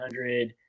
100